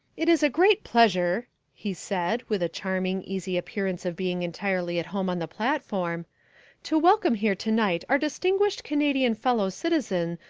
it is a great pleasure, he said, with a charming, easy appearance of being entirely at home on the platform to welcome here tonight our distinguished canadian fellow citizen,